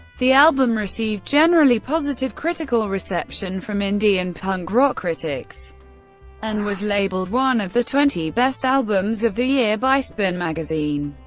the album received generally positive critical reception from indie and punk rock critics and was labeled one of the twenty best albums of the year by spin magazine.